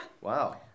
Wow